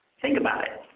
think about it.